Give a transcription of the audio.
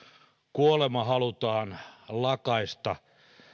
kuolema halutaan lakaista